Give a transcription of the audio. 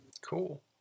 Cool